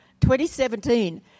2017